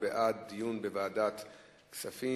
הוא בעד דיון בוועדת כספים,